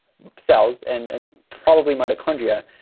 cells and and probably mitochondria.